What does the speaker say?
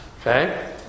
Okay